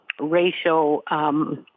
racial